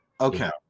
Okay